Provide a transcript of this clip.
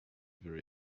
very